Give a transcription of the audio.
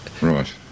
Right